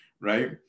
Right